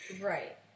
Right